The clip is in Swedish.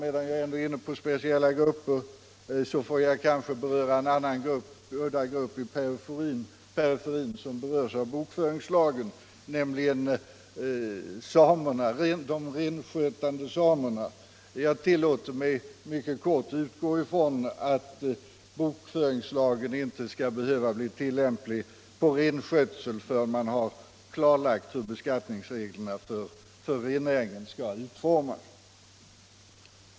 Medan jag ändå är inne på speciella grupper får jag kanske beröra en annan udda grupp i periferin som berörs av bokföringslagen, nämligen de renskötande samerna. Jag tillåter mig att mycket kortfattat utgå från att bokföringslagen inte skall behöva bli tillämplig på renskötseln förrän man har klarlagt hur beskattningsreglerna för renägarna skall utformas.